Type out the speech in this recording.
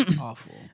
Awful